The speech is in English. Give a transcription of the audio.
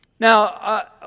Now